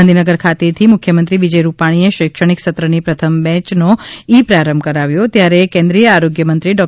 ગાંધીનગર ખાતે થી મુખ્યમંત્રી વિજય રૂપાણીએ શૈક્ષણિક સત્રની પ્રથમ બેચનો ઇ પ્રારંભ કરાવ્યો ત્યારે કેન્દ્રિય આરોગ્ય મંત્રી ડૉ